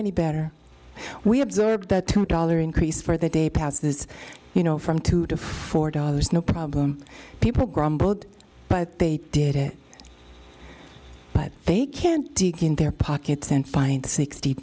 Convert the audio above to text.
any better we observed that two dollar increase for the day passes you know from two to four dollars no problem people grumbled but they did it but they can't dig in their pockets and find sixty